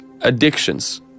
addictions